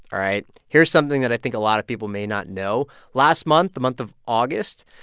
all right? here's something that i think a lot of people may not know. last month, the month of august,